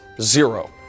zero